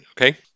okay